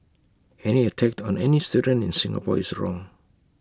any attack on any student in Singapore is wrong